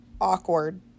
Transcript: awkward